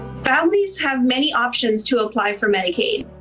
families have many options to apply for medicaid.